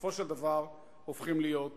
בסופו של דבר הופכים להיות